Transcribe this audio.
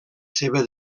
seva